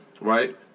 Right